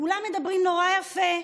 כולם מדברים נורא יפה.